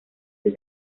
sus